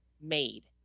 made